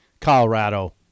Colorado